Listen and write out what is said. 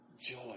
joy